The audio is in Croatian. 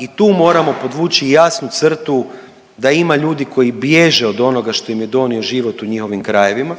i tu moramo podvući jasnu crtu da ima ljudi koji bježe od onoga što im je donio život u njihovim krajevima.